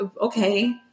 Okay